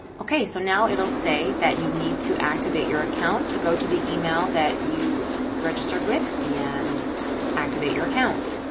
okay, so now it'll say that you need to activate your account. so go to the email that you registered with and activate your account.